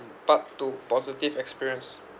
part two positive experience